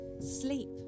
sleep